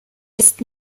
ist